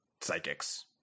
psychics